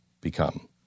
become